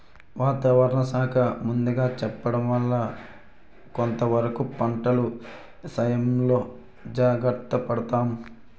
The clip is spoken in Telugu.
వాతావరణ శాఖ ముందుగా చెప్పడం వల్ల కొంతవరకు పంటల ఇసయంలో జాగర్త పడతాము